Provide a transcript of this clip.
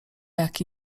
jaki